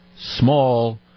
small